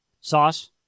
Sauce